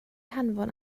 hanfon